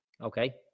Okay